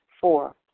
Four